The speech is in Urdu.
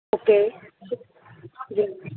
اوکے جی